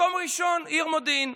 מקום ראשון, העיר מודיעין.